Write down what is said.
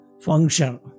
function